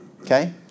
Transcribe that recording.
Okay